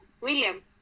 William